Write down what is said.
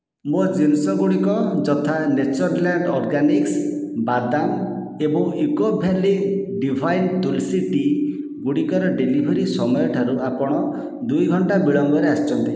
ମୋ ଜିନିଷ ଗୁଡ଼ିକ ଯଥା ନେଚର୍ଲ୍ୟାଣ୍ଡ୍ ଅର୍ଗାନିକ୍ସ୍ ବାଦାମ ଏବଂ eco valley divine Tulsi tea ଗୁଡ଼ିକର ଡେଲିଭରି ସମୟ ଠାରୁ ଆପଣ ଦୁଇ ଘଣ୍ଟା ବିଳମ୍ବରେ ଆସିଛନ୍ତି